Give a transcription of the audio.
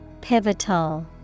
Pivotal